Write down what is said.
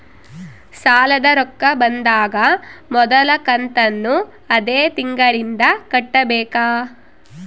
ಸಾಲದ ರೊಕ್ಕ ಬಂದಾಗ ಮೊದಲ ಕಂತನ್ನು ಅದೇ ತಿಂಗಳಿಂದ ಕಟ್ಟಬೇಕಾ?